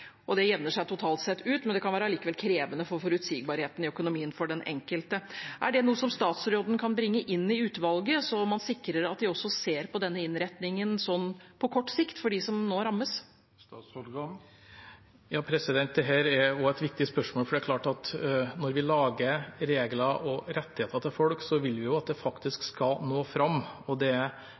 Det jevner seg ut totalt, men det kan likevel være krevende for forutsigbarheten i økonomien for den enkelte. Er det noe som statsråden kan bringe inn i utvalget, så man sikrer at de også ser på denne innretningen på kort sikt for dem som nå rammes? Dette er også et viktig spørsmål, for det er klart at når vi lager regler og rettigheter til folk, vil vi at det faktisk skal nå fram. Det er